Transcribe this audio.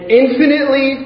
infinitely